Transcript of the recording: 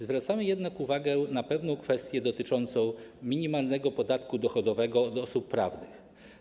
Zwracamy jednak uwagę na pewną kwestię dotyczącą minimalnego podatku dochodowego od osób prawnych.